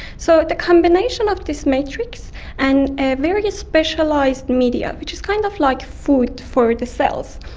so the combination of this matrix and a very specialised media, which is kind of like food for the cells.